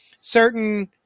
certain